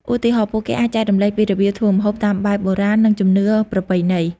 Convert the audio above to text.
ឧទាហរណ៍ ពួកគេអាចចែករំលែកពីរបៀបធ្វើម្ហូបតាមបែបបុរាណនិងជំនឿប្រពៃណី។